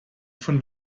von